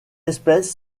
espèce